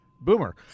Boomer